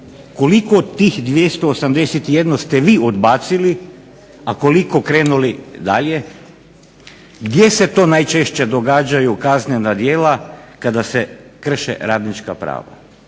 koliko tih 281 ste vi odbacili, a koliko krenuli dalje? Gdje se to najčešće događaju kaznena djela kada se krše radnička prava?